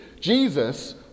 Jesus